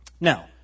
Now